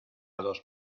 dos